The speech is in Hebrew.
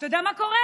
אתה יודע מה קורה?